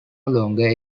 longer